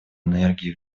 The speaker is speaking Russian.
энергии